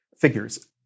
figures